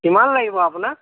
কিমান লাগিব আপোনাক